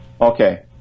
Okay